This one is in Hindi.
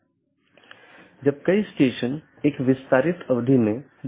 इसलिए बहुत से पारगमन ट्रैफ़िक का मतलब है कि आप पूरे सिस्टम को ओवरलोड कर रहे हैं